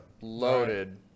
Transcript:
loaded